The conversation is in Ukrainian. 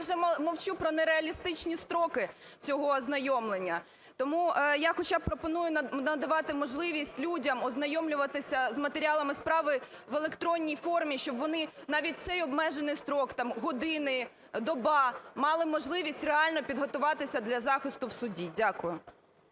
вже мовчу про нереалістичні строки цього ознайомлення. Тому я хоча б пропоную надавати можливість людям ознайомлюватися з матеріалами справи в електронній формі, щоб вони навіть в цей обмежений строк (там, години, доба) мали можливість реально підготуватися для захисту в суді. Дякую.